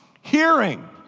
hearing